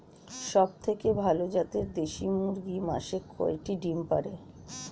সবথেকে ভালো জাতের দেশি মুরগি মাসে কয়টি ডিম পাড়ে?